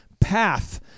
path